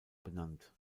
benannt